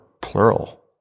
plural